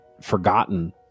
forgotten